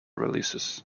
releases